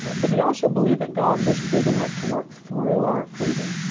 but he also believed that god was big enough to work through our freedom,